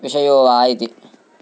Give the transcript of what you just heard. विषयो वा इति